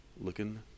Looking